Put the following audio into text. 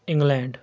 England